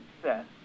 success